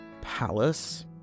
Palace